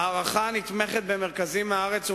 ההערכה, הנתמכת במחקרים מהארץ ומהעולם,